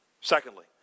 Secondly